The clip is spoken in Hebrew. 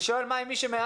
אני שואל מה עם מי שמעל.